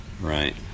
Right